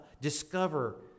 discover